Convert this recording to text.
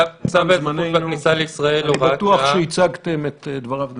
תם זמננו, אני בטוח שייצגתם את דבריו נאמנה.